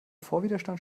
vorwiderstand